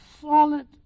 solid